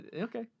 okay